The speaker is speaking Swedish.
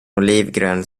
olivgrön